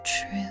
truth